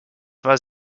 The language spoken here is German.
war